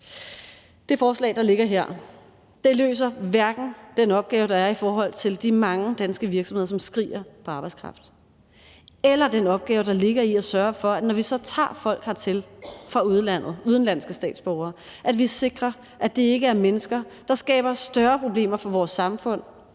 Det forslag, der ligger her, løser hverken den opgave, der er i forhold til de mange danske virksomheder, som skriger på arbejdskraft, eller den opgave, der ligger i at sørge for, når vi så tager folk hertil fra udlandet, udenlandske statsborgere, at vi sikrer, at det ikke er mennesker, der skaber større problemer for vores samfund,